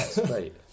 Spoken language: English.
great